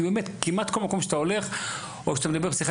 כמעט בכל מקום שאתה הולך או שאתה מדבר בשיחת